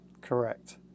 Correct